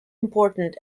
important